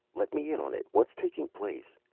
let me in on it. what's taking place?